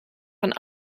van